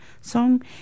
song